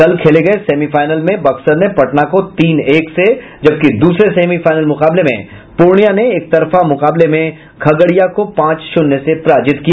कल खेले गये सेमीफाइनल में बक्सर ने पटना को तीन एक से जबकि द्रसरे सेमीफाइनल मुकाबले में पूर्णियां ने एक तरफा मैच में खगड़िया को पांच शून्य से पराजित किया